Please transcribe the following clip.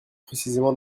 précisément